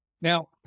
Now